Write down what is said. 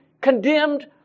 condemned